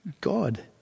God